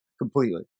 completely